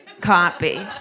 copy